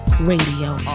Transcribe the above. Radio